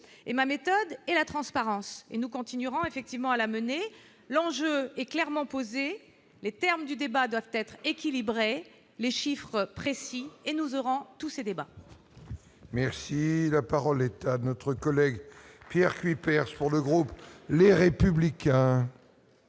et ma méthode et la transparence et nous continuerons effectivement à la mener, l'enjeu est clairement posé les termes du débat doivent être équilibrées, les chiffres précis et nous aurons tous ces débats. Merci, la parole est à notre collègue Pierre Cuypers pour le groupe, les républicains.